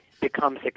becomes